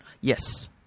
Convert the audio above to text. Yes